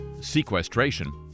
sequestration